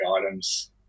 items